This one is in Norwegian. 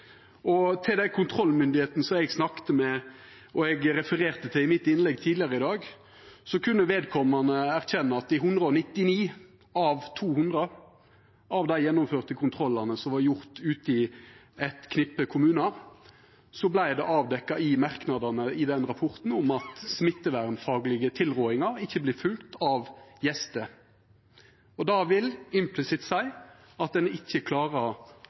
eg snakka med dei kontrollmyndigheitene som eg refererte til i innlegget mitt tidlegare i dag, kunne vedkomande erkjenna at i 199 av 200 av dei gjennomførte kontrollane som var gjorde ute i eit knippe kommunar, vart det avdekt i merknadane i den rapporten at smittevernfaglege tilrådingar ikkje vert følgde av gjester. Det vil implisitt seia at ein ikkje klarar å